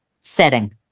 setting